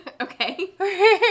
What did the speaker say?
Okay